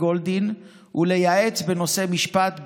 גולדין ולייעץ בנושאי משפט בין-לאומיים,